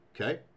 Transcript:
Okay